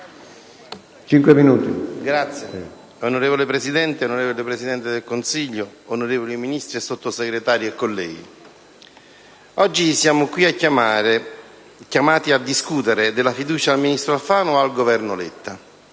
finestra") *(PdL)*. Onorevole Presidente, onorevole Presidente del Consiglio, onorevoli Ministri e Sottosegretari, colleghi, oggi siamo qui chiamati a discutere della fiducia al ministro Alfano o al Governo Letta?